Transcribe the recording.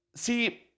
see